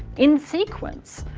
in sequence.